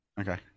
Okay